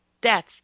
death